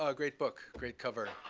um great book, great cover.